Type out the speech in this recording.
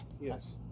Yes